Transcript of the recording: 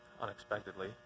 unexpectedly